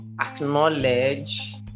acknowledge